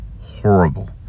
horrible